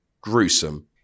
gruesome